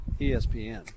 ESPN